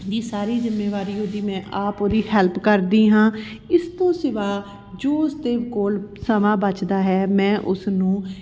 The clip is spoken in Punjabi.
ਦੀ ਸਾਰੀ ਜ਼ਿੰਮੇਵਾਰੀ ਉਹਦੀ ਮੈਂ ਆਪ ਉਹਦੀ ਹੈਲਪ ਕਰਦੀ ਹਾਂ ਇਸ ਤੋਂ ਸਿਵਾ ਜੋ ਉਸਦੇ ਕੋਲ ਸਮਾਂ ਬਚਦਾ ਹੈ ਮੈਂ ਉਸ ਨੂੰ